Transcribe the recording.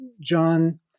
John